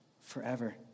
forever